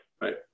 Right